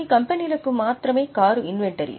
కొన్ని కంపెనీల కు మాత్రమే కారు ఇన్వెంటరీ